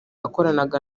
yakoranaga